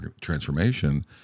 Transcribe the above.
transformation